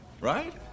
Right